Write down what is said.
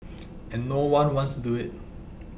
and no one wants to do it